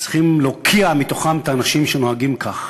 צריכים להקיא מתוכם את האנשים שנוהגים כך,